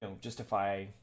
justify